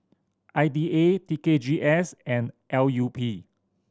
I D A T K G S and L U P